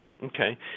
Okay